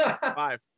Five